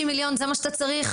50 מיליון שקלים, זה מה שאתה צריך?